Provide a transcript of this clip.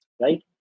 Right